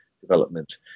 development